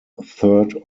third